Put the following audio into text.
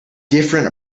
different